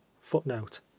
footnote